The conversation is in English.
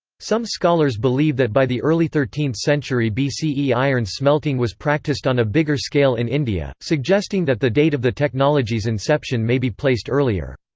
some scholars believe that by the early thirteenth century bce iron smelting was practiced on a bigger scale in india, suggesting that the date of the technology's inception may be placed earlier.